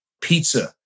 pizza